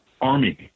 Army